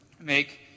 make